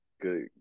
good